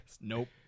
Nope